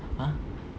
ah